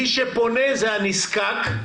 מי שפונה זה הנזקק,